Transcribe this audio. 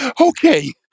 Okay